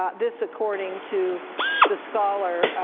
um this according to the scholar